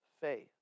faith